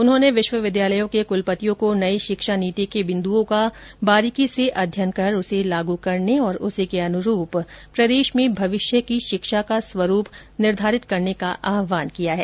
उन्होंने विश्वविद्यालयों के कुलपतियों को नई शिक्षा नीति के बिन्दुओं का बारीकी से अध्ययन कर उसे लागू करने और उसी के अनुरूप प्रदेश में भविष्य की शिक्षा का स्वरूप निर्धारित करने का आहवान किया है